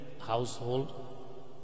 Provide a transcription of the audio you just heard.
household